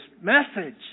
message